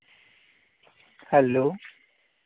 hello